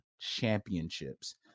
championships